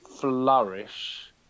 flourish